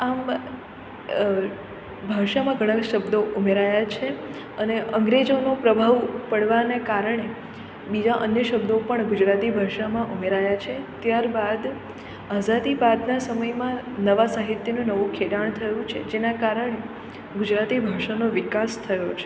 આમ ભાષામાં ઘણા શબ્દો ઉમેરાયા છે અને અંગ્રેજોનો પ્રભાવ પડવાને કારણે બીજા અન્ય શબ્દો પણ ગુજરાતી ભાષામાં ઉમેરાયા છે ત્યારબાદ આઝાદી બાદના સમયમાં નવા સાહિત્યનું નવું ખેડાણ થયું છે જેના કારણે ગુજરાતી ભાષાનો વિકાસ થયો છે